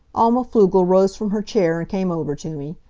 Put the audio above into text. alma pflugel rose from her chair and came over to me.